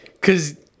cause